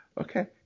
Okay